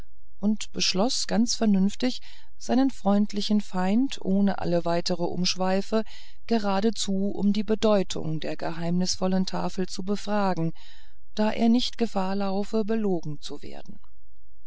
und beschloß ganz vernünftig seinen freundlichen feind ohne alle weitere umschweife geradezu um die bedeutung der geheimnisvollen tafel zu befragen da er nicht gefahr laufe belogen zu werden